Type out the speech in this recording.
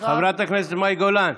חברת הכנסת מאי גולן.